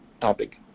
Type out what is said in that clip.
topic